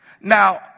Now